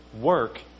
work